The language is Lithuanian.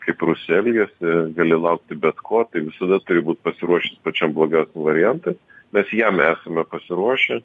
kaip rusija elgiasi gali laukti bet ko tai visada turi būt pasiruošęs pačiam blogiausiam variantui mes jam esame pasiruošę